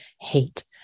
hate